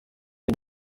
iyo